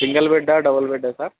single బెడ్డా double బెడ్డా sir